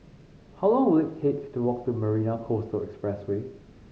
how long will it take to walk to Marina Coastal Expressway